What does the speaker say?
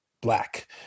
black